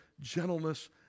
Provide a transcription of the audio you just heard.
gentleness